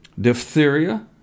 diphtheria